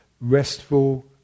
restful